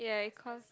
ya it cost